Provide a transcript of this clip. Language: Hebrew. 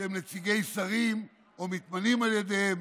שהם נציגי שרים או מתמנים על ידם.